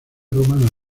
romana